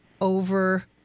over